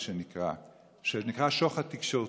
מה שנקרא, שנקרא שוחד תקשורתי.